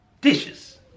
dishes